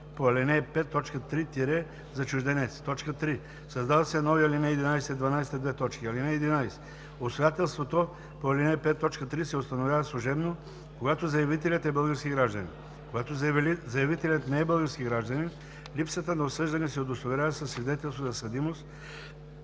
по ал. 5, т. 3 – за чужденец;“. 3. Създават се нови ал. 11 и 12: „(11) Обстоятелството по ал. 5, т. 3 се установява служебно, когато заявителят е български гражданин. Когато заявителят не е български гражданин, липсата на осъждане се удостоверява със свидетелство за съдимост,